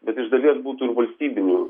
bet iš dalies būtų ir valstybinių